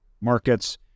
markets